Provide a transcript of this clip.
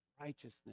Righteousness